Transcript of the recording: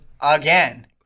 again